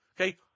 Okay